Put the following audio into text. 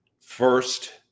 first